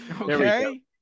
Okay